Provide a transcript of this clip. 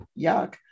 yuck